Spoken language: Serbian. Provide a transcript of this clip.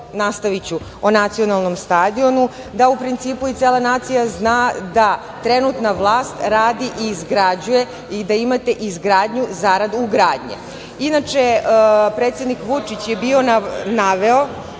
nastaviću o nacionalnom stadionu da u principu i cela nacija zna da trenutna vlast radi i izgrađuje i da imate izgradnju zaradu ugradnje. Inače, predsednik Vučić je naveo